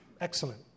Excellent